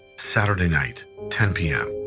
saturday night, ten pm,